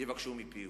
יבקשו מפיהו,